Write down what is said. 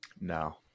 no